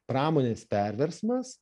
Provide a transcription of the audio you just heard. pramonės perversmas